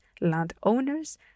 landowners